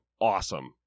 awesome